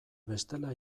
bestela